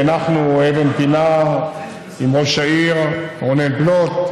ואנחנו צריכות להתקומם כשמנסים לדחוק אותנו הצידה.